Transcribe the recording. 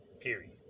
period